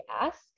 ask